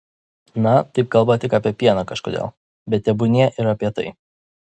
na taip kalba tik apie pieną kažkodėl bet tebūnie ir apie tai